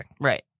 Right